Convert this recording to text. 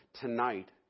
Tonight